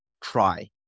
try